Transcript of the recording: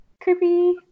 Creepy